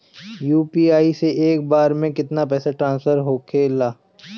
UPI से एक बार मे केतना पैसा ट्रस्फर होखे ला?